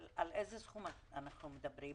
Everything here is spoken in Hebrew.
על איזה סכום של מענק מדובר?